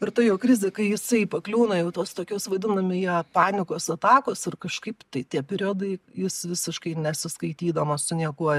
ir ta jo krizė kai jisai pakliūna jau į tuos tokius vadinami jie panikos atakos ir kažkaip tai tie periodai jis visiškai nesiskaitydamas su niekuo